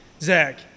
Zach